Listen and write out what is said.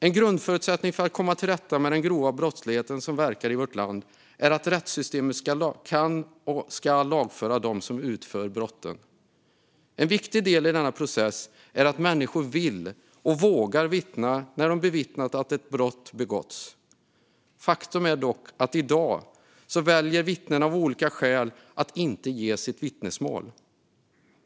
En grundförutsättning för att komma till rätta med den grova brottslighet som verkar i vårt land är att rättssystemet kan och ska lagföra dem som begår brotten. En viktig del i denna process är att människor vill och vågar vittna när de bevittnat att ett brott begåtts. Faktum är dock att vittnen i dag av olika skäl väljer att inte ge sitt vittnesmål.